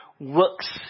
works